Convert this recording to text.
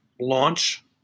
launch